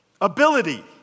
ability